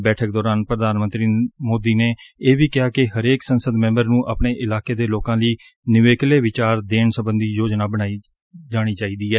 ਬੈਠਕ ਦੌਰਾਨ ਪ੍ਰਧਾਨ ਮੰਤਰੀ ਮੋਦੀ ਨੇ ਇਹ ਵੀ ਕਿਹਾ ਕਿ ਹਰੇਕ ਸੰਸਦ ਮੈਬਰ ਨੂੰ ਆਪਣੇ ਇਲਾਕੇ ਦੇ ਲੋਕਾ ਲਈ ਨਿਵੇਕਲੇ ਵਿਚਾਰ ਦੇਣ ਸਬੰਧੀ ਯੋਜਨਾ ਬਣਾਉਣੀ ਚਾਹੀਦੀ ਏ